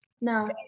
No